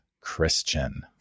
christian